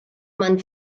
man